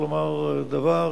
אני לא יכול לומר דבר,